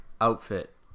outfit